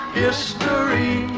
history